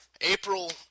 April